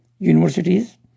universities